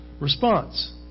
response